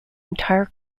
entire